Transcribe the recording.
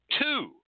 two